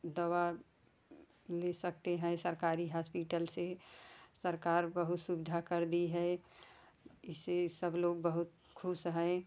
दवा ले सकते हैं सरकारी हस्पिटल से सरकार बहुत सुविधा कर दी है इससे सब लोग बहुत खुश हैं